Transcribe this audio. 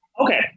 Okay